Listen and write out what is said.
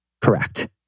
correct